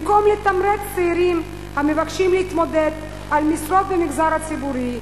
במקום לתמרץ צעירים המבקשים להתמודד על משרות במגזר הציבורי,